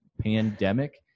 pandemic